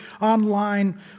online